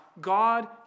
God